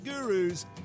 Gurus